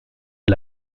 est